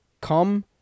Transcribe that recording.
come